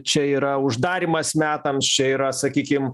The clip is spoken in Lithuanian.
čia yra uždarymas metams čia yra sakykim